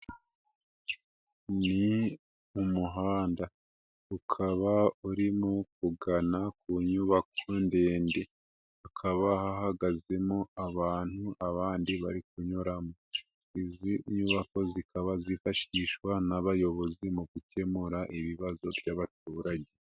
Ni umuhanda ukaba urimo kugana ku nyubako ndende, hakaba hagazemo abantu abandi bari kunyuramo, izi nyubako zikaba zifashishwa n'abayobozi mu gukemura ibibazo by'abaturage.